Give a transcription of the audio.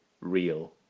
real